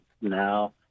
now